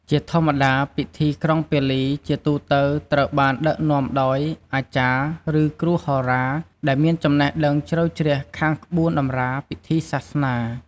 ជាធម្មតាពិធីក្រុងពាលីជាទូទៅត្រូវបានដឹកនាំដោយ អាចារ្យ ឬគ្រូហោរា ដែលមានចំណេះដឹងជ្រៅជ្រះខាងក្បួនតម្រាពិធីសាសនា។